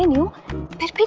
you have